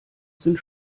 sind